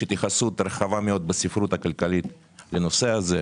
התייחסות רחבה מאוד בספרות הכלכלית לנושא הזה,